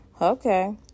Okay